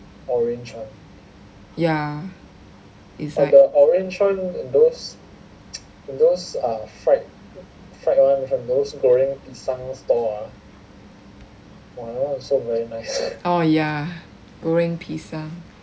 ya is like orh ya goreng pisang